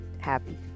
happy